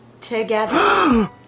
together